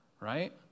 right